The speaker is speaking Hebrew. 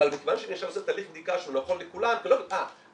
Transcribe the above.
מכוון שאני עכשיו עושה תהליך בדיקה שהוא נכון לכולם ולא אה,